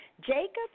Jacob